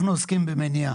אנחנו עוסקים במניעה,